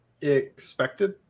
Expected